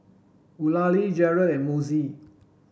Eulalie Jered and Mossie